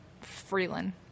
Freeland